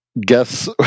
guess